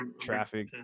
traffic